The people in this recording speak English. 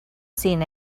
seen